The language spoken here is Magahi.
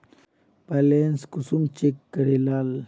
बैलेंस कुंसम चेक करे लाल?